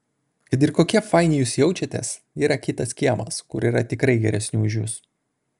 kad ir kokie faini jūs jaučiatės yra kitas kiemas kur yra tikrai geresnių už jus